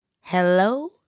Hello